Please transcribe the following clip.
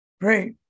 Great